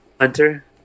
Hunter